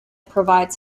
provides